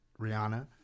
Rihanna